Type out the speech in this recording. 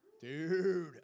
dude